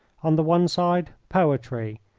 on the one side, poetry,